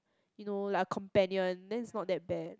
you know like a companion then it's not that bad